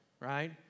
right